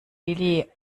lilly